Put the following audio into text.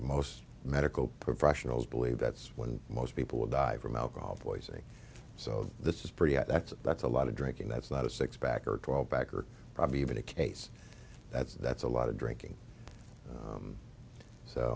most medical professionals believe that's when most people will die from alcohol poisoning so this is pretty that's that's a lot of drinking that's not a six pack or twelve pack or probably even a case that's that's a lot of drinking